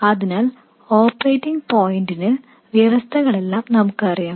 അതിനാൽ operating point വ്യവസ്ഥകളെല്ലാം നമുക്ക് അറിയാം